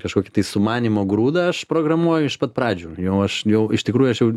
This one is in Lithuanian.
kažkokį tai sumanymo grūdą aš programuoju iš pat pradžių jau aš jau iš tikrųjų aš jau